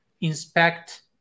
inspect